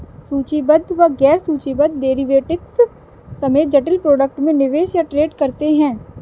सूचीबद्ध व गैर सूचीबद्ध डेरिवेटिव्स समेत जटिल प्रोडक्ट में निवेश या ट्रेड करते हैं